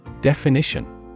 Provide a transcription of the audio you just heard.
Definition